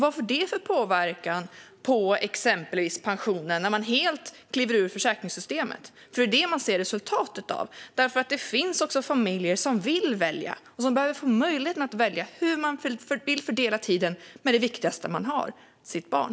Vad får det för påverkan på till exempel pensionen när man helt kliver ur försäkringssystemet? Detta är det resultat man ser, för det finns föräldrar som vill välja och som behöver få möjlighet att välja hur de ska fördela tiden med det viktigaste de har: sitt barn.